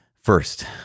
First